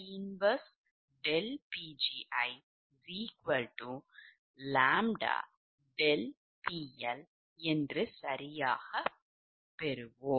இது மிகவும் எளிமையானது உண்மையில் 35 மற்றும் 36 சமன்பாட்டில் சென்று அதை வைத்தால் கிடைக்கும்